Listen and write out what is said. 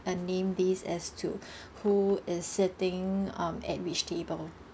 a name list as to who is siting um at which table